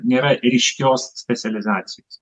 nėra ryškios specializacijos